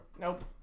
Nope